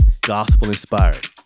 gospel-inspired